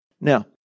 Now